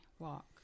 walk